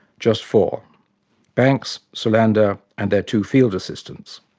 just four banks, solander and their two field assistants.